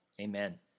Amen